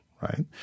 right